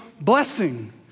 blessing